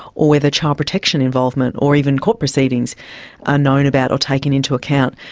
or whether child protection involvement or even court proceedings are known about or taken into account.